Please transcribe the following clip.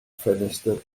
ffenestr